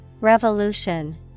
Revolution